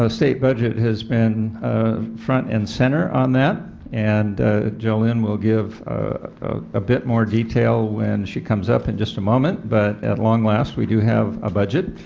ah state budget has been front and center on that and jolynn will give a bit more detail when she comes up in just a moment, but at long last we do have a budget.